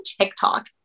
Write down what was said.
tiktok